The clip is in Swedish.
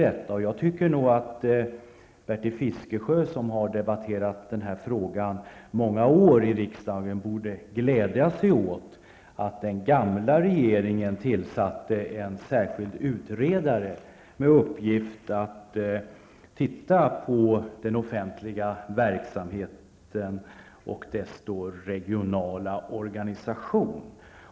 Bertil Fiskesjö har under många år i riksdagen debatterat dessa frågor, och jag tycker han borde glädja sig åt att den gamla regeringen tillsatte en särskild utredare med uppgift att titta på den offentliga verksamheten och dess regionala organisation.